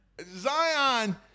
Zion